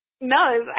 No